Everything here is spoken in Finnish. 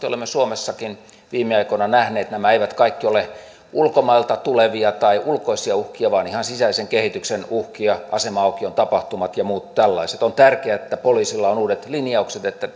olemme suomessakin viime aikoina tätä nähneet nämä eivät kaikki ole ulkomailta tulevia tai ulkoisia uhkia vaan ihan sisäisen kehityksen uhkia asema aukion tapahtumat ja muut tällaiset on tärkeää että poliisilla on uudet linjaukset niin että